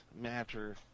matter